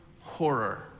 horror